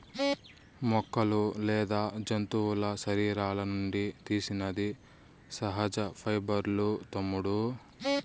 మొక్కలు లేదా జంతువుల శరీరాల నుండి తీసినది సహజ పైబర్లూ తమ్ముడూ